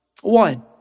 One